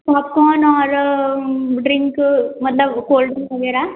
popcorn और drink मतलब cold drink वगैरह